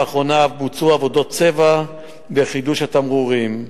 ולאחרונה אף בוצעו עבודות צבע וחידוש תמרורים.